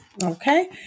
Okay